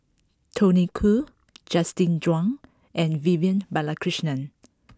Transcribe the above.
Tony Khoo Justin Zhuang and Vivian Balakrishnan